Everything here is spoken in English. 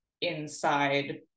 inside